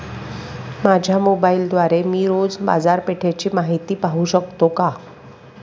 माझ्या मोबाइलद्वारे मी रोज बाजारपेठेची माहिती पाहू शकतो का?